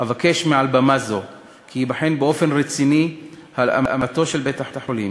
אבקש מעל במה זו כי תיבחן באופן רציני הלאמתו של בית-החולים